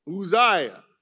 Uzziah